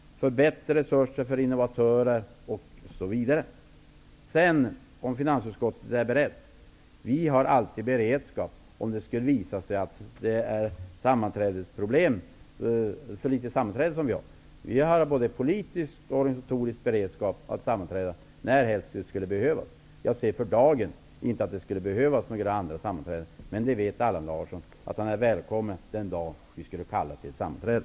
Det blir bättre resurser för innovatörer osv. Finansutskottet har alltid beredskap, om det skulle visa sig att vi har för få sammanträden. Finansutskottet har både politisk och organisatorisk beredskap att sammanträda närhelst det skulle behövas. För dagen ser jag inte att det behövs några sammanträden. Men Allan Larsson vet att han är välkommen den dag då vi kallar till ett sammanträde.